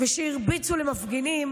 וכשהרביצו למפגינים,